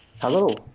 Hello